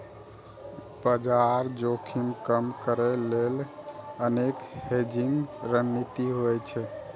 बाजार जोखिम कम करै लेल अनेक हेजिंग रणनीति होइ छै